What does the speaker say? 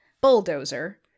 bulldozer